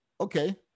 Okay